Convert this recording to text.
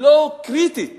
לא קריטית